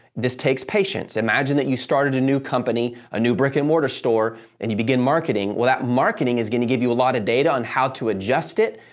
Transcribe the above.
this takes patience. imagine that you started a new company, a new brick and mortar store and you begin marketing. well, that marketing is going to give you a lot of data on how to adjust it,